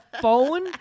phone